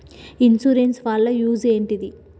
Insurance వాళ్ల use ఏంటిది?